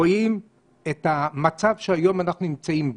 רואים את המצב שהיום אנחנו נמצאים בו,